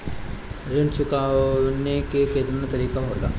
ऋण चुकाने के केतना तरीका होला?